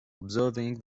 observing